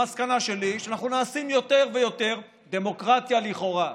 המסקנה שלי היא שאנחנו נעשים יותר ויותר דמוקרטיה לכאורה.